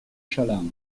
chalands